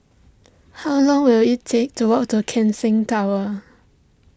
how long will it take to walk to Keck Seng Tower